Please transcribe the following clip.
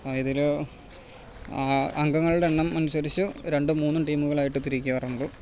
ഇതില് അംഗങ്ങളുടെ എണ്ണം അനുസരിച്ച് രണ്ടും മൂന്നും ടീമുകളായിട്ട് തിരിക്കാറുണ്ട്